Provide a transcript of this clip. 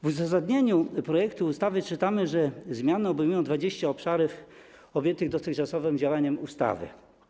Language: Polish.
W uzasadnieniu projektu ustawy czytamy, że zmiany obejmują 20 obszarów objętych dotychczasowym działaniem ustawy.